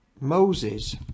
Moses